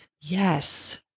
Yes